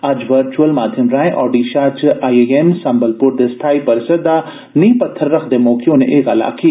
अज्ज वच्चुअल माध्यम राए ओडिशा च आईआईएम संबलपुर दे स्थाई परिसर दा नॉह् पत्थर रखदे मौके उने एह् गल्ल आक्खी